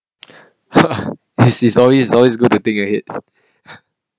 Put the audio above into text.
is is always you always go to think ahead